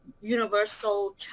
universal